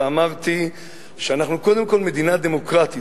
ואמרתי שאנחנו קודם כול מדינה דמוקרטית,